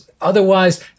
Otherwise